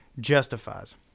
justifies